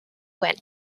went